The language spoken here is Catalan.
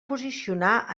posicionar